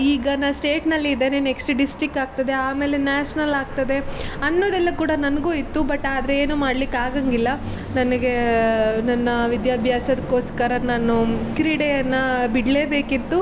ಈಗ ನಾ ಸ್ಟೇಟ್ನಲ್ಲಿ ಇದ್ದೇನೆ ನೆಕ್ಸ್ಟ್ ಡಿಸ್ಟಿಕ್ ಆಗ್ತದೆ ಆಮೇಲೆ ನ್ಯಾಷ್ನಲ್ ಆಗ್ತದೆ ಅನ್ನೋದೆಲ್ಲ ಕೂಡ ನನಗೂ ಇತ್ತು ಬಟ್ ಆದರೆ ಏನೂ ಮಾಡ್ಲಿಕ್ಕೆ ಆಗಂಗಿಲ್ಲ ನನಗೆ ನನ್ನ ವಿದ್ಯಾಭ್ಯಾಸಕ್ಕೋಸ್ಕರ ನಾನು ಕ್ರೀಡೆಯನ್ನು ಬಿಡಲೇಬೇಕಿತ್ತು